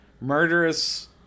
murderous